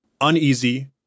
Uneasy